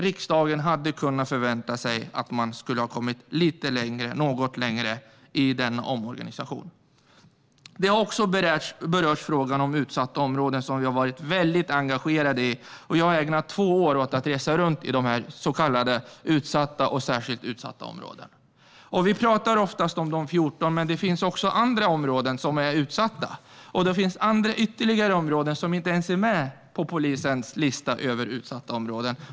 Riksdagen hade kunnat förvänta sig att man skulle ha kommit lite längre i denna omorganisation. Även frågan om utsatta områden har berörts. Där har vi varit väldigt engagerade. Jag har ägnat två år åt att resa runt i dessa så kallade utsatta områden och särskilt utsatta områden. Vi talar oftast om 14 stycken, men det finns även andra områden som är utsatta och dessutom ytterligare andra som inte ens finns med på polisens lista över utsatta områden.